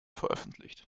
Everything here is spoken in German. veröffentlicht